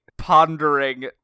pondering